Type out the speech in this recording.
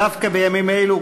דווקא בימים אלו,